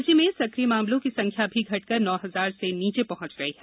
राज्य में सक्रिय मामलों की संख्या भी घटकर नौ हजार से नीचे पहंच गई है